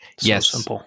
Yes